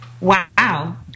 wow